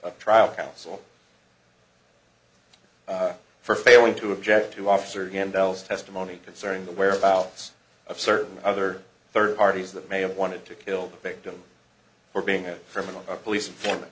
of trial counsel for failing to object to officer handles testimony concerning the whereabouts of certain other third parties that may have wanted to kill the victim or being a criminal a police informant